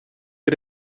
get